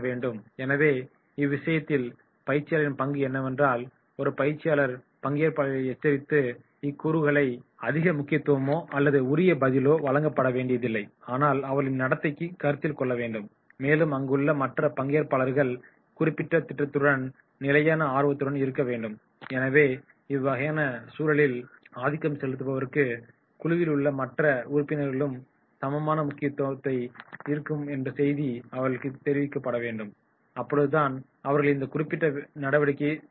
எனவே இவ்விஷயத்தில் பயிற்சியாளரின் பங்கு என்னவென்றால் ஒரு பயிற்சியாளர் பங்கேற்பாளர்களை எச்சரித்து இக்கூறுகளைப் பற்றிய செய்திகளை அவர்களுக்கு தெரியப்படுத்துகிறார் ஆனால் இக்கூறுகளுக்கு அதிக முக்கியத்துவமோ அல்லது உரிய பதிலோ வழங்கப்படவேண்டிதில்லை ஆனால் அவர்களின் நடத்தையை கருத்தில் கொள்ள வேண்டும் மேலும் அங்குள்ள மற்ற பங்கேற்பாளர்கள் குறிப்பிட்ட திட்டத்துடன் நிலையான ஆர்வத்துடன் இருக்க வேண்டும் எனவே இவ்கையான குழுவில் ஆதிக்கம் செலுத்துபவர்களுக்கு குழுவில் உள்ள மற்ற உறுப்பினர்களுக்கு சமமான முக்கியதுவம் இருக்கு என்ற செய்தியை அவர்களுக்கு தெரியப்படுத்த வேண்டும் அப்பொழுதுதான் அவர்கள் இந்த குறிப்பிட்ட நடவடிக்கைக்குச் செல்வார்கள்